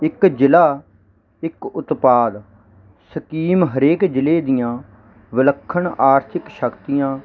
ਇੱਕ ਜ਼ਿਲ੍ਹਾ ਇੱਕ ਉਤਪਾਦ ਸਕੀਮ ਹਰੇਕ ਜ਼ਿਲ੍ਹੇ ਦੀਆਂ ਵਿਲੱਖਣ ਆਰਥਿਕ ਸ਼ਕਤੀਆਂ